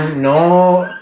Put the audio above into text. no